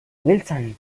wilson